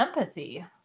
empathy